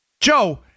Joe